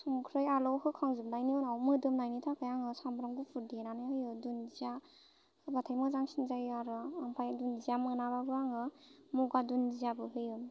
संख्रै आलौ होखांजोबनायनि उनाव मोदोमनायनि थाखाय आङो सामब्राम गुफुर देनानै होयो दुन्दिया होबाथाय मोजांसिन जायो आरो ओमफ्राय दुन्दिया मोनाबाबो आङो मगा दुन्दियाबो होयो